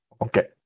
okay